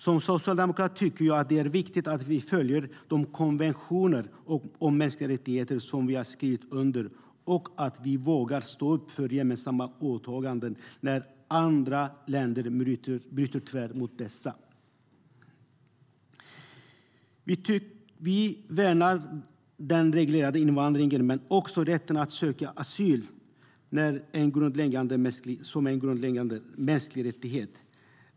Som socialdemokrat tycker jag att det är viktigt att vi följer de konventioner om mänskliga rättigheter som vi har skrivit under och att vi vågar stå upp för gemensamma åtaganden när andra länder bryter mot dem. Vi värnar den reglerade invandringen och även rätten att söka asyl som en grundläggande mänsklig rättighet.